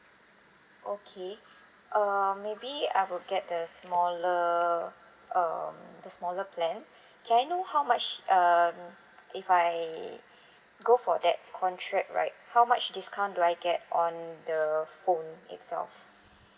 okay um maybe I will get the smaller um the smaller plan can I know how much um if I go for that contract right how much discount do I get on the phone itself